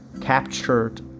captured